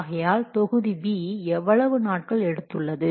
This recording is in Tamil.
ஆகையால் தொகுதி B எவ்வளவு நாட்கள் எடுத்துள்ளது